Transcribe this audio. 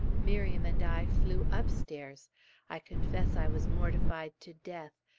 miriam and i flew upstairs i confess i was mortified to death,